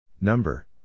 Number